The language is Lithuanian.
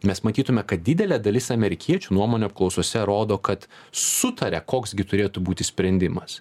mes matytume kad didelė dalis amerikiečių nuomonių apklausose rodo kad sutaria koks gi turėtų būti sprendimas